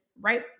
right